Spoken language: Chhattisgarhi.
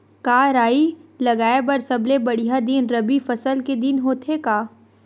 का राई लगाय बर सबले बढ़िया दिन रबी फसल के दिन होथे का?